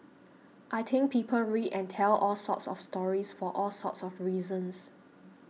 I think people read and tell all sorts of stories for all sorts of reasons